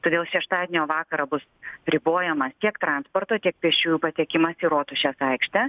todėl šeštadienio vakarą bus ribojamas tiek transporto tiek pėsčiųjų patekimas į rotušės aikštę